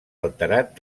alterat